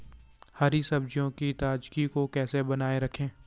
हरी सब्जियों की ताजगी को कैसे बनाये रखें?